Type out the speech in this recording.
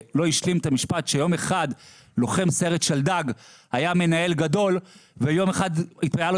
שלא השלים את המשפט שלוחם סיירת שלדג היה מנהל גדול ויום אחד הייתה לו